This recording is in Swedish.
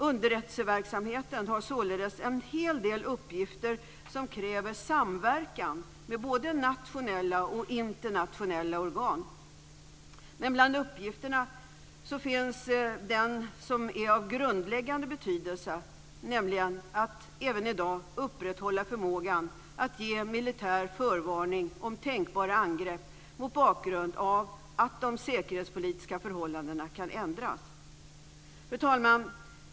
Underrättelseverksamheten har således en hel del uppgifter som kräver samverkan med både nationella och internationella organ. Men bland uppgifterna finns den som är av grundläggande betydelse, nämligen att även i dag upprätthålla förmågan att ge militär förvarning om tänkbara angrepp mot bakgrund av att de säkerhetspolitiska förhållandena kan ändras. Fru talman!